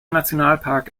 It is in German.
nationalpark